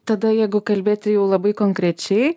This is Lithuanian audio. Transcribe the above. tada jeigu kalbėti jau labai konkrečiai